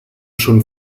schon